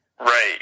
Right